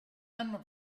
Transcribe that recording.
hanno